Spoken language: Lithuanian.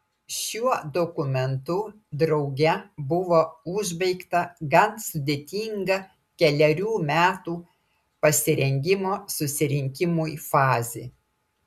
šiuo dokumentu drauge buvo užbaigta gan sudėtinga kelerių metų pasirengimo susirinkimui fazė